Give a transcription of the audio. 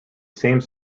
same